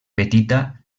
petita